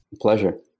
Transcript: Pleasure